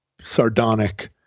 sardonic